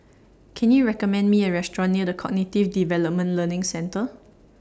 Can YOU recommend Me A Restaurant near The Cognitive Development Learning Centre